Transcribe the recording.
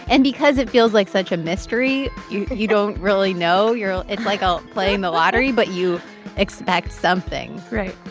and because it feels like such a mystery, you don't really know. you're it's like ah playing the lottery. but you expect something right.